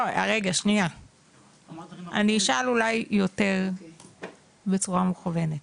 לא, אני אשאל אולי יותר בצורה מכוונת,